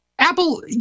Apple